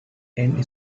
end